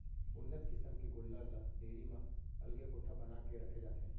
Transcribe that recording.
उन्नत किसम के गोल्लर ल डेयरी म अलगे कोठा बना के रखे जाथे